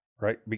Right